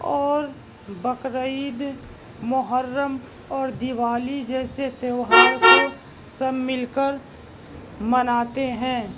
اور بقرعید محرّم اور دیوالی جیسے تیوہار کو سب مل کر مناتے ہیں